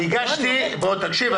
תקשיב,